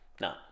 No